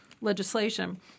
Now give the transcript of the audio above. legislation